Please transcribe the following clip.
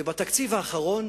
ובתקציב האחרון